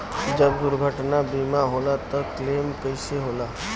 जब दुर्घटना बीमा होला त क्लेम कईसे होला?